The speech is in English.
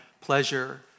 pleasure